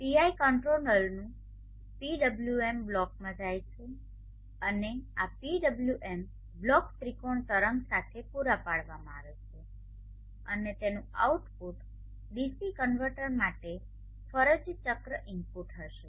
PI કંટ્રોલરનું PWM બ્લોકમાં જાય છે અને આ પીડબ્લ્યુએમ બ્લોક ત્રિકોણ તરંગ સાથે પૂરા પાડવામાં આવે છે અને તેનું આઉટપુટ ડીસી કન્વર્ટર માટે ફરજ ચક્ર ઇનપુટ હશે